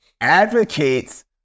advocates